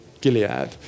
Gilead